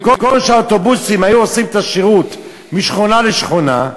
במקום שהאוטובוסים יעשו את השירות משכונה לשכונה,